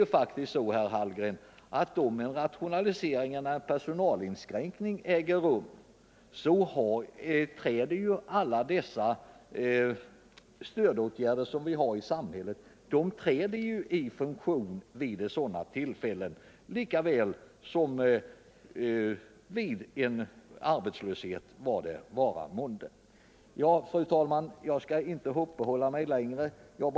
Det är faktiskt så, herr Hallgren, att om en rationalisering eller personalinskränkning äger rum träder alla samhällets stödåtgärder i funktion lika väl som vid arbetslöshet, av vad slag den vara månde. Fru talman! Jag skall inte uppehålla mig vid detta längre.